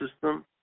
system